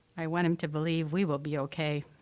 i want him to believe we will be ok